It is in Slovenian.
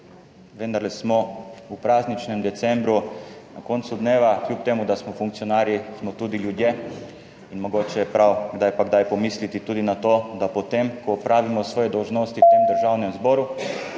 Vendarle smo v prazničnem decembru, na koncu dneva, kljub temu, da smo funkcionarji, smo tudi ljudje in mogoče je prav kdaj pa kdaj pomisliti tudi na to, da potem, ko opravimo svoje dolžnosti v tem Državnem zboru